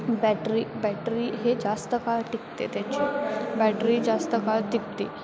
battery battery हे जास्त काळ टिकते त्याची बॅटरी जास्त काळ टिकते